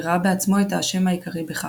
וראה בעצמו את האשם העיקרי בכך,